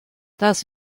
das